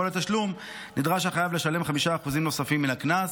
לתשלום נדרש החייב לשלם 5% נוספים מן הקנס.